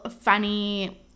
funny